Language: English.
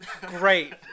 Great